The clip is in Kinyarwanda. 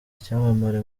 icyamamare